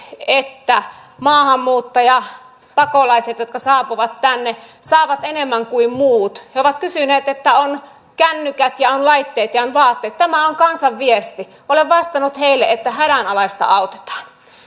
että maahanmuuttajapakolaiset jotka saapuvat tänne saavat enemmän kuin muut he ovat sanoneet että on kännykät ja on laitteet ja ja on vaatteet tämä on kansan viesti olen vastannut heille että hädänalaista autetaan